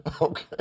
Okay